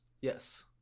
Yes